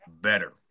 better